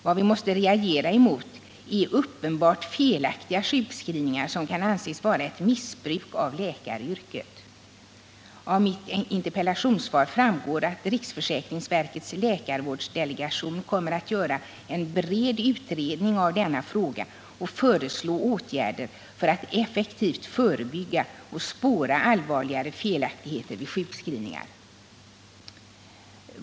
Vad vi måste reagera emot är uppenbart felaktiga sjukskrivningar som kan anses vara ett missbruk av läkaryrket. Av mitt interpellationssvar framgår att riksförsäkringsverkets läkarvårdsdelegation kommer att göra en bred utredning av denna fråga och föreslå åtgärder för att effektivt förebygga och spåra allvarligare felaktigheter vid sjukskrivningar.